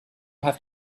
have